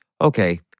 okay